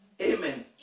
Amen